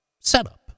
setup